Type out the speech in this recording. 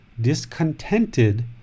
discontented